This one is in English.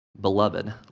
Beloved